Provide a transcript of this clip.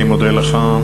אני מודה לך.